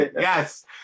yes